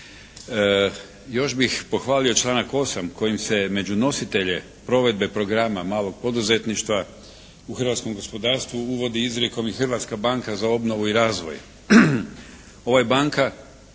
Još bih pohvalio članak 8. kojim se među nositelje programa malog poduzetništva u hrvatskom gospodarstvu uvodi izrijekom i Hrvatska banka za obnovu i razvoj.